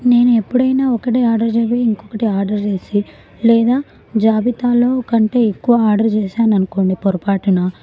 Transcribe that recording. నేను ఎప్పుడైనా ఒకటే ఆర్డర్ చేయబోయి ఇంకొకటి ఆర్డర్ చేసి లేదా జాబితాలో కంటే ఎక్కువ ఆర్డర్ చేశాను అనుకోండి పొరపాటున